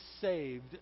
saved